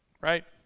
right